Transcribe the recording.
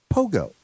Pogo